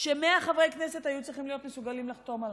ש-100 חברי כנסת היו צריכים להיות מסוגלים לחתום עליו.